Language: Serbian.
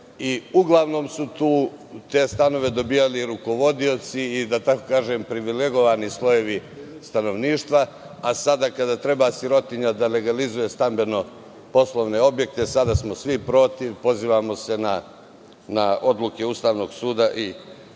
Uglavnom su te stanove dobijali rukovodioci i privilegovani slojevi stanovništva, a sada kada treba sirotinja da legalizuje stambeno-poslovne objekte svi smo protiv i pozivamo se na odluke Ustavnog suda. Dakle,